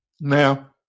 now